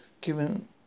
given